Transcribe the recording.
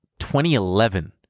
2011